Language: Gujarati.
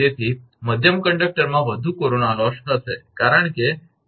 તેથી મધ્યમ કંડક્ટરમાં વધુ કોરોના લોસ થશે કારણ કે તફાવત 𝑉𝑛 − 𝑉0 છે